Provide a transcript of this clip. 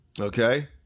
Okay